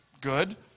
Good